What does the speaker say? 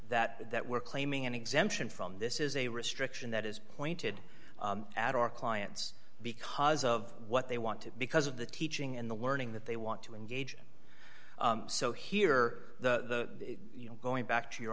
that that we're claiming an exemption from this is a restriction that is pointed at our clients because of what they want to because of the teaching and the learning that they want to engage in so here the you know going back to your